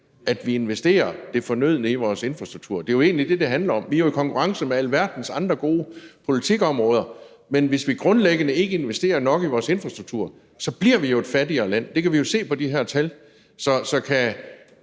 at vi investerer det fornødne i vores infrastruktur? Det er jo egentlig det, det handler om. Vi er jo i konkurrence med alverdens andre gode politikområder, men hvis vi grundlæggende ikke investerer nok i vores infrastruktur, bliver vi jo et fattigere land. Det kan vi jo se på de her tal. Så kan